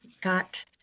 got